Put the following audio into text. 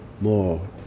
more